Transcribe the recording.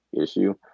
issue